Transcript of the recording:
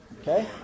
Okay